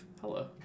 hello